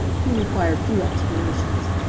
he required few explanations.